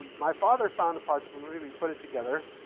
my father found the parts for me. we put it together.